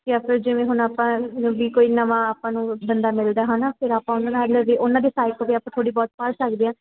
ਜਾਂ ਫਿਰ ਜਿਵੇਂ ਹੁਣ ਆਪਾਂ ਨੂੰ ਵੀ ਕੋਈ ਨਵਾਂ ਆਪਾਂ ਨੂੰ ਬੰਦਾ ਮਿਲਦਾ ਹੈ ਨਾ ਫਿਰ ਆਪਾਂ ਉਹਨਾਂ ਨਾਲ ਵੀ ਉਹਨਾਂ ਦੀ ਸਾਈਡ ਤੋਂ ਵੀ ਆਪਾਂ ਥੋੜ੍ਹੀ ਬਹੁਤ ਪੜ੍ਹ ਸਕਦੇ ਹਾਂ